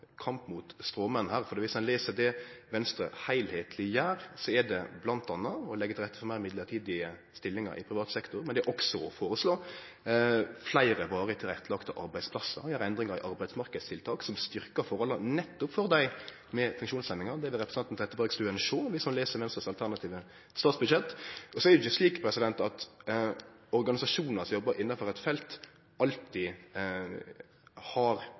Det som Venstre heilskapleg føreslår, er bl.a. å leggje til rette for fleire mellombelse stillingar i privat sektor, men vi føreslår også fleire varig tilrettelagde arbeidsplassar og å gjere endringar i arbeidsmarknadstiltak som styrkjer forholda nettopp for dei med funksjonshemmingar. Det vil representanten Trettebergstuen sjå viss ho les Venstres alternative statsbudsjett. Det er ikkje slik at organisasjonar som jobbar innanfor eit felt, alltid har